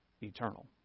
Eternal